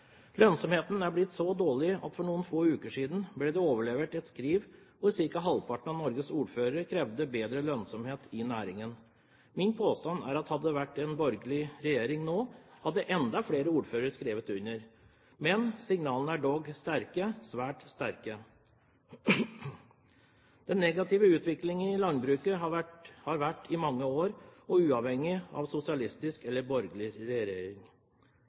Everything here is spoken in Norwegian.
Lønnsomheten er blitt så dårlig at for noen få uker siden ble det overlevert et skriv hvor ca. halvparten av Norges ordførere krevde bedre lønnsomhet i næringen. Min påstand er at hadde det vært en borgerlig regjering nå, hadde enda flere ordførere skrevet under. Men signalene er dog sterke, svært sterke. Den negative utviklingen i landbruket har vart i mange år, uavhengig av sosialistisk eller borgerlig regjering.